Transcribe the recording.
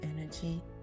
energy